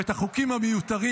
ואת החוקים המיותרים,